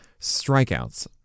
strikeouts